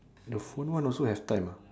the phone one also has time ah